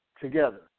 together